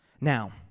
Now